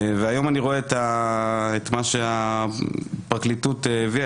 והיום אני רואה את מה שהפרקליטות הביאה,